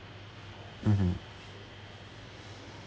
mmhmm